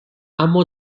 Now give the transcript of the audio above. اما